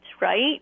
right